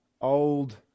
old